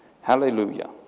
Hallelujah